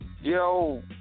Yo